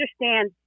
understand